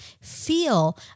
feel